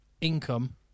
income